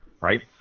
right